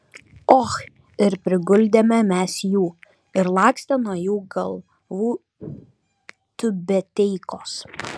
och ir priguldėme mes jų ir lakstė nuo jų galvų tiubeteikos